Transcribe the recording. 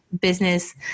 business